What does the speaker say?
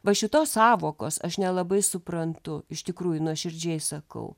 va šitos sąvokos aš nelabai suprantu iš tikrųjų nuoširdžiai sakau